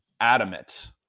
adamant